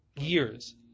years